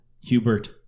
Hubert